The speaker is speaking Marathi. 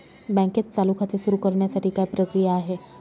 बँकेत चालू खाते सुरु करण्यासाठी काय प्रक्रिया आहे?